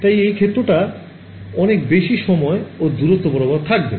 তাই এই ক্ষেত্রটা অনেক বেশি সময় ও দুরত্ব রবরাবর থাকবে